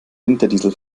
winterdiesel